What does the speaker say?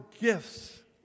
gifts